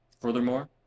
Furthermore